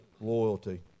loyalty